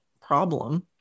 problem